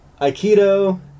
Aikido